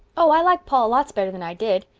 oh, i like paul lots better'n i did,